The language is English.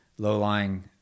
Low-lying